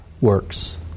works